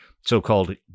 so-called